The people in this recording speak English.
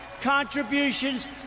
contributions